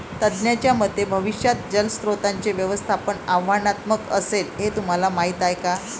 तज्ज्ञांच्या मते भविष्यात जलस्रोतांचे व्यवस्थापन आव्हानात्मक असेल, हे तुम्हाला माहीत आहे का?